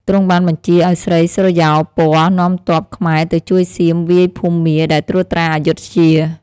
ទ្រង់បានបញ្ជាឱ្យស្រីសុរិយោពណ៌នាំទ័ពខ្មែរទៅជួយសៀមវាយភូមាដែលត្រួតត្រាអយុធ្យា។